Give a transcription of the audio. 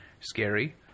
scary